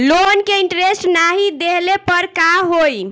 Loan के interest नाही देहले पर का होई?